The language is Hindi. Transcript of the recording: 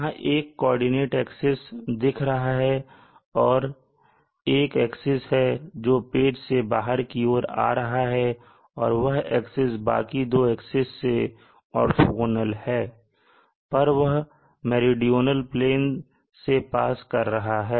यहां एक कोऑर्डिनेटर एक्सिस दिख रहा है और एक एक्सिस है जो पेज से बाहर की ओर आ रहा है और वह एक्सिस बाकी 2 एक्सिस से ऑर्थोंगोनल है पर वह मेरीडोनल प्लेन से पास कर रहा है